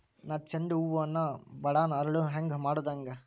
ನನ್ನ ಚಂಡ ಹೂ ಅನ್ನ ನಾನು ಬಡಾನ್ ಅರಳು ಹಾಂಗ ಮಾಡೋದು ಹ್ಯಾಂಗ್?